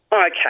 Okay